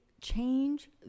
change